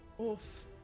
Oof